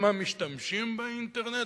הם המשתמשים באינטרנט?